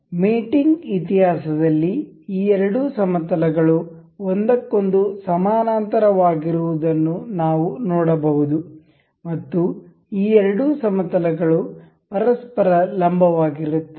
ಆದ್ದರಿಂದ ಮೇಟಿಂಗ್ ಇತಿಹಾಸದಲ್ಲಿ ಈ ಎರಡು ಸಮತಲಗಳು ಒಂದಕ್ಕೊಂದು ಸಮಾನಾಂತರವಾಗಿರುವುದನ್ನು ನಾವು ನೋಡಬಹುದು ಮತ್ತು ಈ ಎರಡು ಸಮತಲಗಳು ಪರಸ್ಪರ ಲಂಬವಾಗಿರುತ್ತವೆ